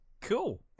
cool